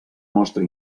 mostra